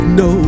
no